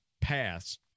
paths